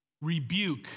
Rebuke